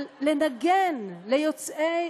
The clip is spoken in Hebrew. על לנגן ליוצאי